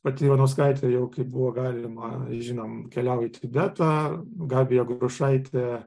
pati ivanauskaitė jau kai buvo galima žinom keliauja į tibetą gabija grušaitė